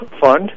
fund